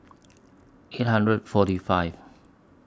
eight hundred forty five